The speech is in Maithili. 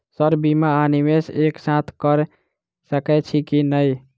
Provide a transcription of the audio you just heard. सर बीमा आ निवेश एक साथ करऽ सकै छी की न ई?